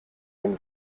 den